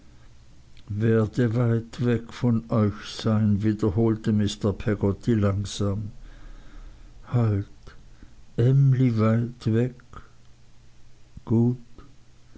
werde ich weit weg von euch sein wiederholte mr peggotty langsam halt emly weit weg gut